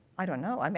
i don't know. i mean